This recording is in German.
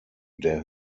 der